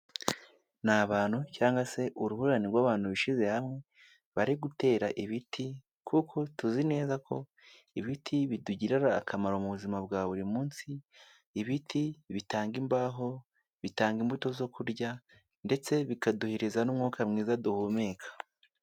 Ni abantu cyangwa se uruhurirane rw'abantu bishyize hamwe, bari gutera ibiti kuko tuzi neza ko ibiti bitugirira akamaro mu buzima bwa buri munsi, ibiti bitanga imbaho, bitanga imbuto zo kurya ndetse bikaduhereza n'umwuka mwiza duhumeka.